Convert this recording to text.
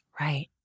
Right